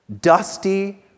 Dusty